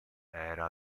era